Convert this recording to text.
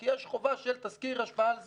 כי יש חובה של תסקיר השפעה על הסביבה.